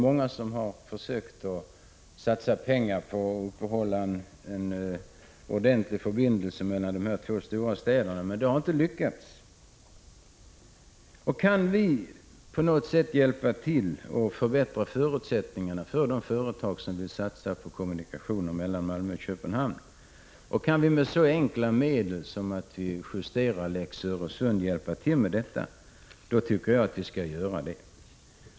Många har försökt satsa pengar på att upprätthålla en ordentlig förbindelse mellan de två stora städerna Malmö och Köpenhamn, men det harinte lyckats. Kan vi på något sätt hjälpa till att förbättra förutsättningarna för de företag som vill satsa på kommunikationer mellan Malmö och Köpenhamn, och kan vi göra det med så enkla medel som att justera Lex Öresund, då tycker jag att vi skall göra det.